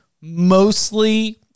mostly